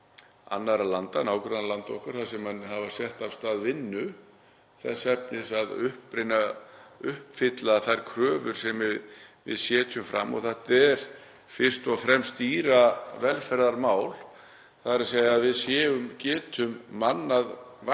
annarra landa, nágrannalanda okkar, þar sem menn hafa sett af stað vinnu til að uppfylla þær kröfur sem við setjum fram. Þetta er fyrst og fremst dýravelferðarmál, þ.e. að við getum mannað vaktir